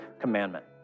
commandment